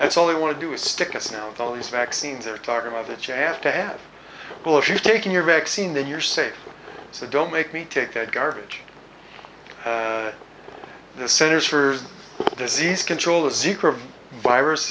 that's all they want to do is stick us now with all these vaccines they're talking about that you have to have well if you're taking your vaccine then you're safe so don't make me take that garbage the centers for disease control